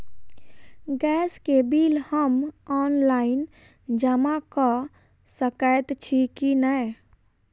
Gas केँ bill हम online जमा कऽ सकैत छी की नै?